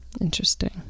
Interesting